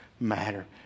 matter